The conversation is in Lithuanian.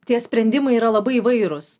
tie sprendimai yra labai įvairūs